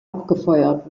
abgefeuert